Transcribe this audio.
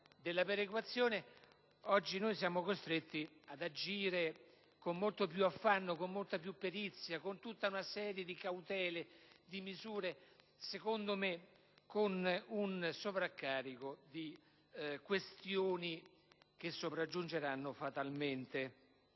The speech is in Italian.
della perequazione, oggi noi siamo costretti ad agire con molto più affanno, più perizia, con tutta una serie di cautele, di misure e, secondo me, con un sovraccarico di questioni che sopraggiungeranno fatalmente.